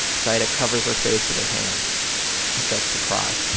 zaida covers her face with their hands and starts to cry